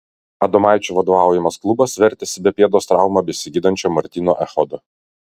adomaičio vadovaujamas klubas vertėsi be pėdos traumą besigydančio martyno echodo